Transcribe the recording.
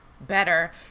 better